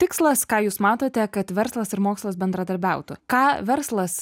tikslas ką jūs matote kad verslas ir mokslas bendradarbiautų ką verslas